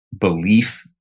belief